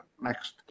next